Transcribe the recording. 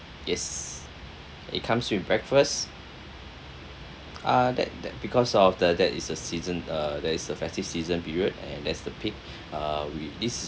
yes it comes with breakfast ah that that because of the that is a season uh that is a festive season period and that's the peak uh we this is